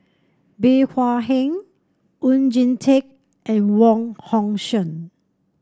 Bey Hua Heng Oon Jin Teik and Wong Hong Suen